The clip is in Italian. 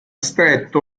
stretto